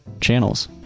channels